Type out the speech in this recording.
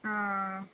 आं